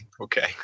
Okay